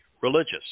religious